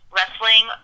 Wrestling